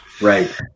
Right